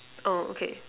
oh okay